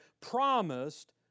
promised